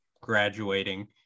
graduating